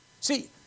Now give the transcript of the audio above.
See